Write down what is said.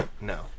No